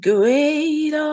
Great